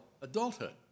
adulthood